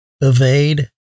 evade